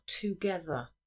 together